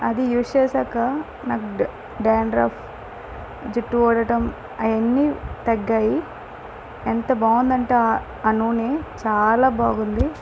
అది యూజ్ చేసాక నాకు డ డాండ్రఫ్ జుట్టు ఊడటం అవన్నీ తగ్గాయి ఎంత బాగుంది అంటే ఆ నూనె చాలా బాగుంది